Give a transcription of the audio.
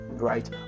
Right